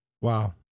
Wow